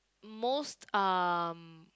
most um